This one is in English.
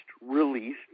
released